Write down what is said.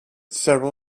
several